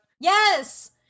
Yes